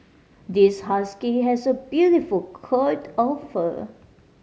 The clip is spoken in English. this husky has a beautiful coat of fur